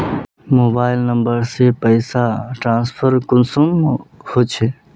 Mobile number से पैसा transfer कुंसम होचे?